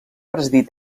presidir